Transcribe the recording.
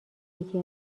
یکی